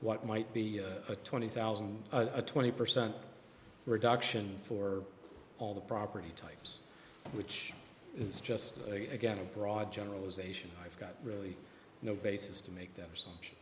what might be a twenty thousand to twenty percent reduction for all the property types which is just again a broad generalization i've got really no basis to make them